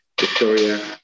victoria